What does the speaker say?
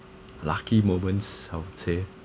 lucky moments I would say